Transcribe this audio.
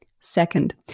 Second